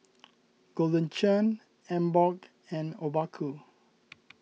Golden Churn Emborg and Obaku